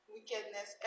wickedness